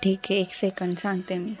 ठीक आहे एक सेकंड सांगते मी